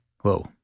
Whoa